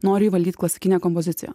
nori įvaldyt klasikinę kompoziciją